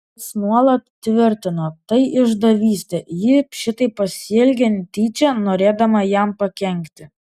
jis nuolat tvirtino tai išdavystė ji šitaip pasielgė tyčia norėdama jam pakenkti